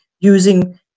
using